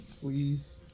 Please